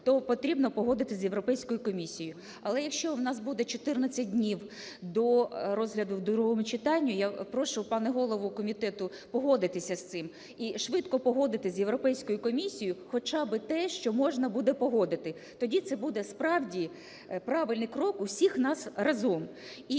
то потрібно погодити з Європейською комісією. Але якщо в нас буде 14 днів до розгляду в другому читанні, я прошу, пане голово комітету, погодитися з цим. І швидко погодити з Європейською комісією хоча би те, що можна буде погодити. Тоді це буде, справді, правильний крок усіх нас разом.